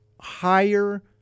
higher